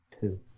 two